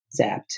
zapped